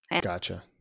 gotcha